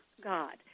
God